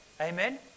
Amen